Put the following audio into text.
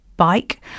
Bike